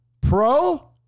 pro